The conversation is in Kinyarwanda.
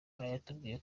batubwiye